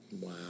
Wow